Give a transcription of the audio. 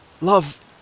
love